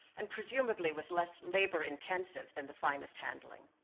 and presumably, was less labor intensive than the finest handling.